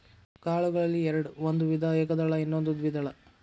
ಕಾಳುಗಳಲ್ಲಿ ಎರ್ಡ್ ಒಂದು ವಿಧ ಏಕದಳ ಇನ್ನೊಂದು ದ್ವೇದಳ